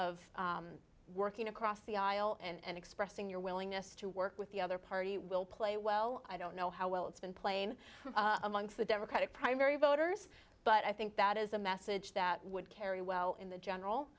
of working across the aisle and expressing your willingness to work with the other party will play well i don't know how well it's been plain amongst the democratic primary voters but i think that is a message that would carry well in the